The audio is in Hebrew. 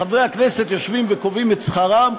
חברי הכנסת יושבים וקובעים את שכרם,